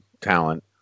talent